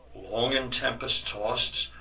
long in tempests toss'd,